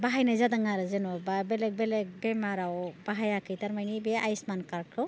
बाहायनाय जादों आरो जेन'बा बेलेक बेलेक बेमाराव बाहायाखै थारमानि बे आसुष्मान कार्टखौ